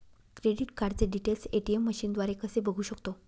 Credit कार्डचे details ATM मशीनद्वारे कसे बघू शकतो?